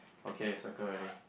okay circle already